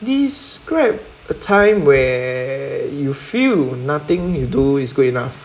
describe a time when you feel nothing you do is good enough